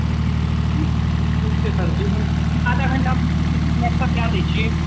अच्छा जी ठीक छै सरजी हम आधा घण्टामे ह्वाट्सएप कऽ दै छिए